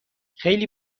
خیلی